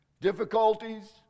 Difficulties